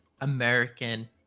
American